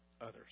others